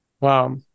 Wow